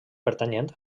pertanyent